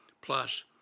plus